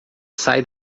sai